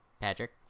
Patrick